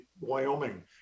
Wyoming